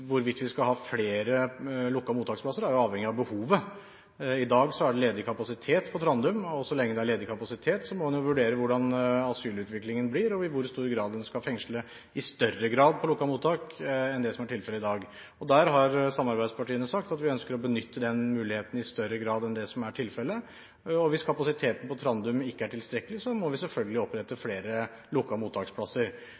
hvorvidt vi skal ha flere lukkede mottaksplasser, er avhengig av behovet. I dag er det ledig kapasitet på Trandum, og så lenge det er ledig kapasitet, må man vurdere hvordan asylutviklingen blir, og hvorvidt man skal fengsle i større grad på lukkede mottak, enn det som er tilfellet i dag. Der har samarbeidspartiene sagt at vi ønsker å benytte den muligheten i større grad enn det som er tilfellet nå, og hvis kapasiteten på Trandum ikke er tilstrekkelig, må vi selvfølgelig opprette